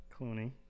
Clooney